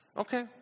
Okay